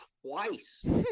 twice